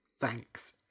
Thanks